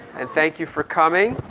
and thank you for coming.